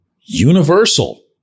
universal